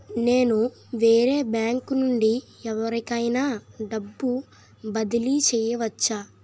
నేను వేరే బ్యాంకు నుండి ఎవరికైనా డబ్బు బదిలీ చేయవచ్చా?